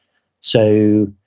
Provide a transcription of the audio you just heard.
so,